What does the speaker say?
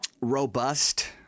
robust